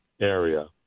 area